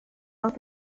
off